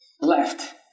left